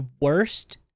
worst